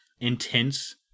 intense